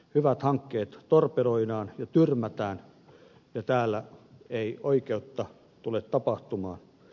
hyvät hankkeet torpedoidaan ja tyrmätään ja täällä ei oikeutta tule tapahtumaan